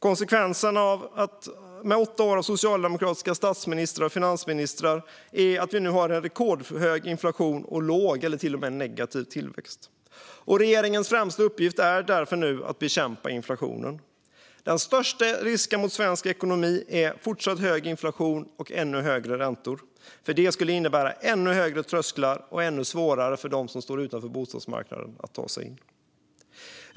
Konsekvenserna av åtta år med socialdemokratiska statsministrar och finansministrar är att vi nu har en rekordhög inflation och låg eller till och med negativ tillväxt. Regeringens främsta uppgift nu är därför att bekämpa inflationen. Den största risken för svensk ekonomi är fortsatt hög inflation och ännu högre räntor, för detta skulle innebära ännu högre trösklar och göra det ännu svårare för dem som står utanför bostadsmarknaden att ta sig in.